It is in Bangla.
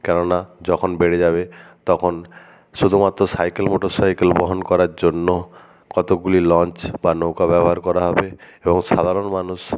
কেননা যখন বেড়ে যাবে তখন শুধুমাত্র সাইকেল মোটরসাইকেল বহন করার জন্য কতগুলি লঞ্চ বা নৌকা ব্যবহার করা হবে এবং সাধারণ মানুষ